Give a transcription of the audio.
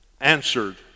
answered